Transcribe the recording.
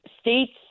states